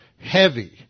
heavy